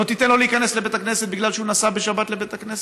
לא תיתן לו להיכנס לבית הכנסת בגלל שהוא נסע לבית הכנסת?